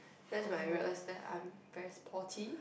that's when I realise that I'm very sporty